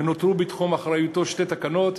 ונותרו בתחום אחריותו שתי תקנות.